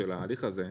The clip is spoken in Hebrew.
של ההליך הזה,